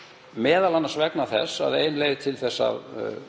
efnum, m.a. vegna þess að ein leið til að